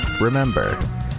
Remember